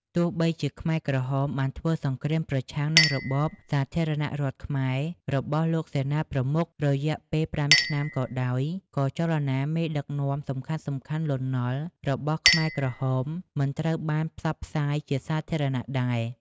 ទោះបីជាខ្មែរក្រហមបានធ្វើសង្គ្រាមប្រឆាំងនឹងរបបសាធារណរដ្ឋខ្មែររបស់លោកសេនាប្រមុខ រយៈពេល៥ឆ្នាំក៏ដោយ ក៏ចលនានិងមេដឹកនាំសំខាន់ៗ លន់ នល់ របស់ខ្មែរក្រហមមិនត្រូវបានផ្សព្វផ្សាយជាសាធារណៈដែរ ។